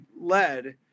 led